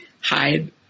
hide